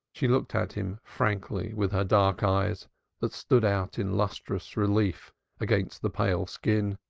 she looked at him frankly with her dark eyes that stood out in lustrous relief against the pale skin.